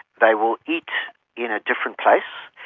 they will eat in a different place,